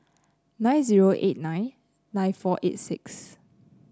nine zero eight nine nine four eight six